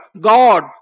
God